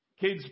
kids